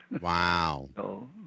Wow